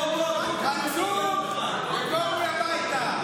רפורמי, הביתה.